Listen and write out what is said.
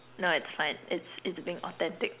no it's fine it's it's being authentic